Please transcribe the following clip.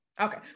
Okay